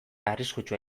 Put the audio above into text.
arriskutsua